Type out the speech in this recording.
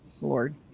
Lord